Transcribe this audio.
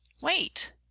Wait